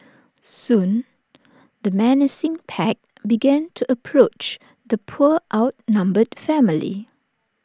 soon the menacing pack began to approach the poor outnumbered family